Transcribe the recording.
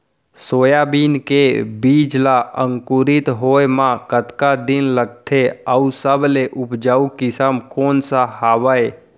Soybean के बीज ला अंकुरित होय म कतका दिन लगथे, अऊ सबले उपजाऊ किसम कोन सा हवये?